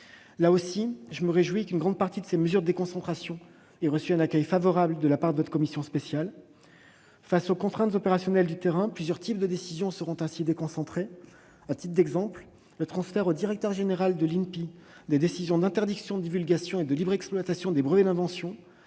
réjouis, là encore, qu'une grande partie de ces mesures de déconcentration aient reçu un accueil favorable de la part de la commission spéciale. Eu égard aux contraintes opérationnelles du terrain, plusieurs types de décisions seront ainsi déconcentrés. À titre d'exemples, le transfert au directeur général de l'Institut national de la propriété industrielle (INPI) des décisions d'interdiction de divulgation et de libre exploitation des brevets d'invention